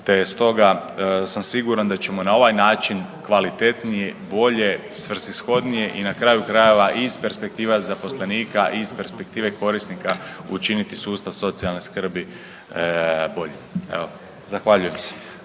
te stoga sam siguran da ćemo na ovaj način kvalitetnije, bolje, svrsishodnije i na kraju krajeva i iz perspektiva zaposlenika i iz perspektive korisnika učiniti sustav socijalne skrbi boljim. Evo zahvaljujem se.